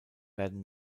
werden